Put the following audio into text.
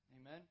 amen